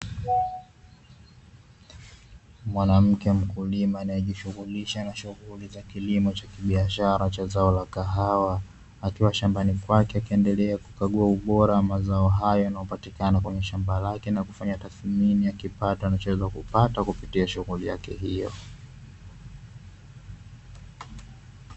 Mwanamke mkulima anayejishughylisha na shughuli za kilimo cha kibiashara cha zao la kahawa, akiwa shambani kwake akiendelea kukagua ubora wa mazao hayo yanayopatikana kwenye shamba lake, na kufanya tathmini ya kipato anachoweza kupata kupitia shughuli yake hiyo.